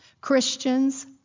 Christians